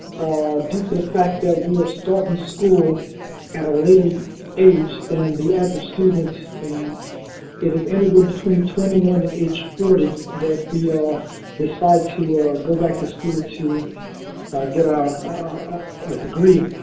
due to the fact that we are starting school and a later age than the average students and it is anywhere between twenty one and age forty that we decide to go back to school to get our our degree.